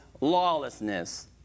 lawlessness